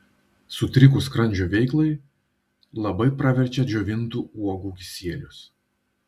sutrikus skrandžio veiklai labai praverčia džiovintų uogų kisielius